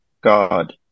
God